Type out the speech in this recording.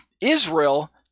Israel